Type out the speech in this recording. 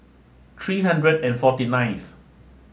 three hundred and forty ninth